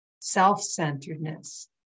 self-centeredness